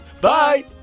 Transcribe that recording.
Bye